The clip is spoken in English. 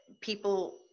people